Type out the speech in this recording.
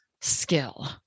skill